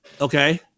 Okay